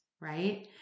right